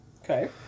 Okay